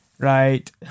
right